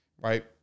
right